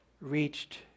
reached